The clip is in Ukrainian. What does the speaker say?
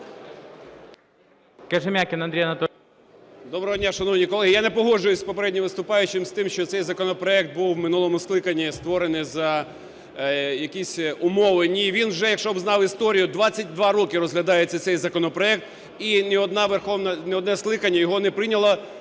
Доброго дня, шановні колеги. Я не погоджуюсь з попереднім виступаючим з тим, що цей законопроект був у минулому скликанні створений за якісь умови. Ні, він вже, якщо б знав історію, 22 роки розглядається цей законопроект, і ні одне скликання його не прийнято.